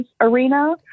arena